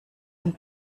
und